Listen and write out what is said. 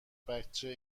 بچه